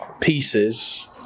Pieces